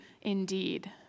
indeed